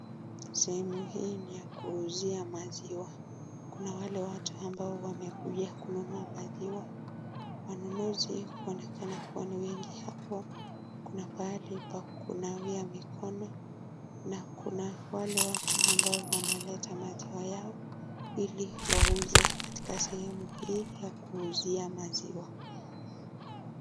Sehemu hii ni ya kuuzia maziwa kuna wale watu ambao wamekuja kununua maziwa wanaonekana kuwa ni wengi. Hapa kuna pahali pa kunawia mikono na kuna wale watu ambao wanaleta maziwa yao ili wauze katika sehemu hii ya kuuzia maziwa.